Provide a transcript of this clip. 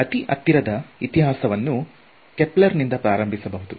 ಅತಿ ಹತ್ತಿರದ ಇತಿಹಾಸವನ್ನು ಕೆಪ್ಲರ್ ನಿಂದ ಪ್ರಾರಂಭಿಸಬಹುದು